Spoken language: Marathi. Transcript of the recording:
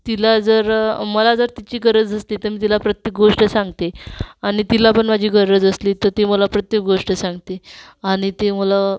तिला जर मला जर तिची गरज असती तर मी तिला प्रत्येक गोष्ट सांगते आणि तिला पण माझी गरज असली तर ती मला प्रत्येक गोष्ट सांगते आणि ते मला